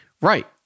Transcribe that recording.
Right